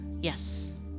yes